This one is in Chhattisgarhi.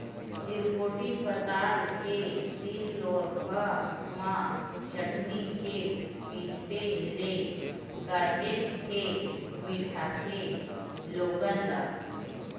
चिरपोटी पताल के सील लोड़हा म चटनी के पिसे ले काहेच के मिठाथे लोगन ला